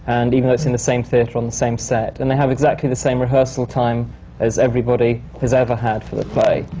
and even though it's in the same theatre, on the same set. and they have exactly the same rehearsal time as everybody has ever had for the play.